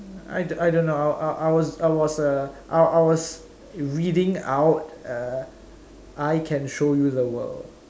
I don't I don't know I was I was uh I was reading out err I can show you the world